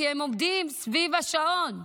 כי הם עובדים סביב השעון.